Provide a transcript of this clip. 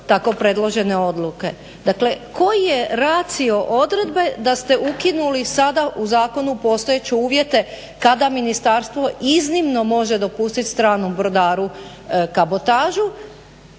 Dakle, koji je ratio odredbe da ste ukinuli sada u zakonu postojeće uvjete kada ministarstvo iznimno može dopustiti stranom brodaru kabotažu.